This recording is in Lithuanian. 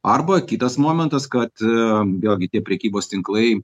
arba kitas momentas kad e vėlgi tie prekybos tinklai